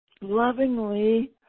lovingly